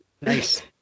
Nice